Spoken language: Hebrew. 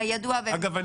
אגב,